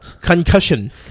Concussion